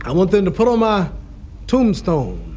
and want them to put on my tombstone,